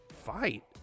fight